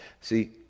See